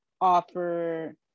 offer